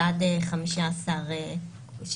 של עד 15 קבוצות.